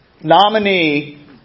Nominee